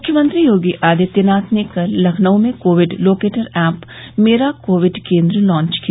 मुख्यमंत्री योगी आदित्यनाथ ने कल लखनऊ में कोविड लोकेटर ऐप मेरा कोविड केन्द्र लांच किया